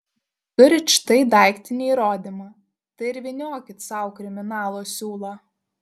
turit štai daiktinį įrodymą tai ir vyniokit sau kriminalo siūlą